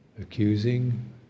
accusing